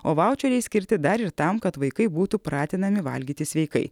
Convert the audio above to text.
o vaučeriai skirti dar ir tam kad vaikai būtų pratinami valgyti sveikai